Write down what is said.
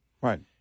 right